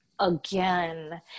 again